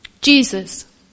Jesus